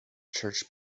church